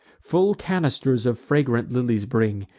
full canisters of fragrant lilies bring,